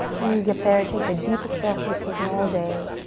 when you get there, take the deepest breath you've taken all day.